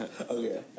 Okay